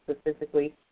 specifically